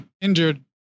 injured